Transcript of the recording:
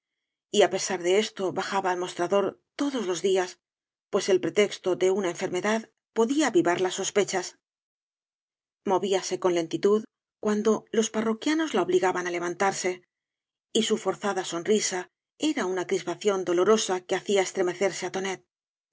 y á pesar de esto bajaba al mostrador todos los días pues el pretexto de una enfermedad podía avivar las sospechas movíase con lentitud cuando los parro v blasco ibáñbz quíanob la obligaban á levantarse y su forzada sonrisa era uoa crispacíón dolorosa que hacía es tremecerse á tonet